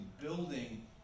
building